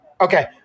okay